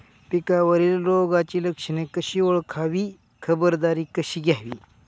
पिकावरील रोगाची लक्षणे कशी ओळखावी, खबरदारी कशी घ्यावी?